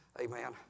Amen